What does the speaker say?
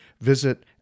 Visit